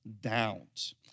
doubt